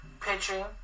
pitching